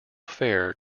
fare